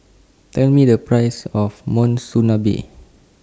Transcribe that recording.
Tell Me The Price of Monsunabe